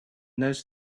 those